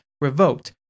revoked